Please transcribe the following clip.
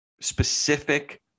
specific